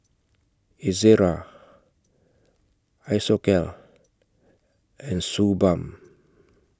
Ezerra Isocal and Suu Balm